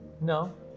No